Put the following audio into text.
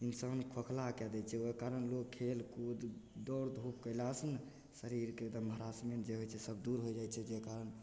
इंसानके खोखला कए दै छै ओइ कारण लोक खेल कूद दौड़ धूप कयला सँ ने शरीरके एकदम हरासमेंट जे होइ छै सब दूर होइ जाइ छै जै कारण